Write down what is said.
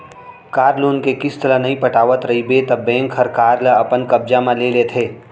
car loan के किस्त ल नइ पटावत रइबे त बेंक हर कार ल अपन कब्जा म ले लेथे